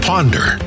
Ponder